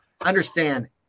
understand